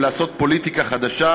לעשות פוליטיקה חדשה.